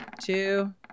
two